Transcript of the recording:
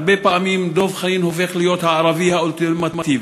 הרבה פעמים דב חנין הופך להיות הערבי האולטימטיבי,